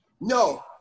No